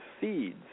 seeds